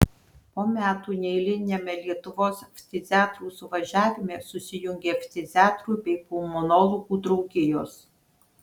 po metų neeiliniame lietuvos ftiziatrų suvažiavime susijungė ftiziatrų bei pulmonologų draugijos